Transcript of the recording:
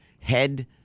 head